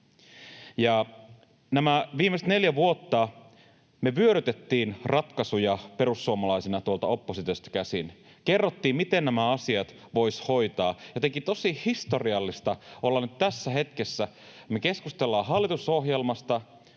nämä viimeiset neljä vuotta me perussuomalaiset vyörytettiin ratkaisuja tuolta oppositiosta käsin, kerrottiin, miten nämä asiat voisi hoitaa, ja on jotenkin tosi historiallista olla nyt tässä hetkessä. Me keskustellaan hallitusohjelmasta,